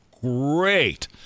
great